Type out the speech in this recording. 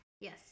yes